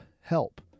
help